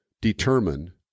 determine